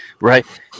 right